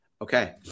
Okay